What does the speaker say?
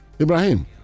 Ibrahim